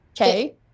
Okay